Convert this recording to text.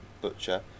Butcher